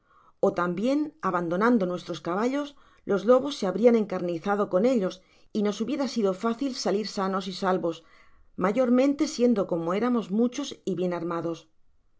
ó tambien abandonando nuestros caballos los lobos se habrían encarnizado con ellos y nos hubiera sido tácil salir sanos y salvos mayormente siendo como éramos mushos y bien armados